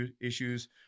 issues